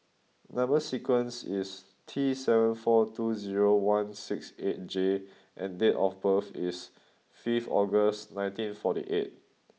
number sequence is T seven four two zero one six eight J and date of birth is fifth August nineteen forty eight